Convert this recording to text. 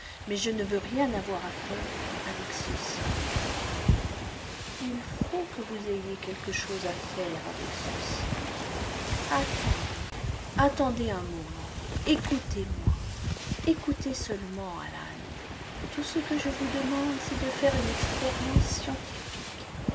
mais je ne veux rien avoir à faire avec ceci il faut que vous ayez quelque chose à faire avec ceci attendez attendez un moment écoutez-moi ecoutez seulement alan tout ce que je vous demande c'est de faire une expérience scientifique